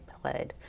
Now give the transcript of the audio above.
played